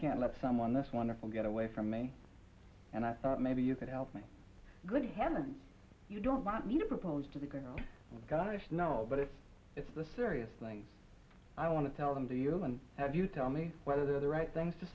can't let someone this wonderful get away from me and i thought maybe you could help me good heavens you don't want me to propose to the girl gosh no but if it's a serious thing i want to tell them to you and have you tell me whether they're the right things to